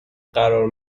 قرار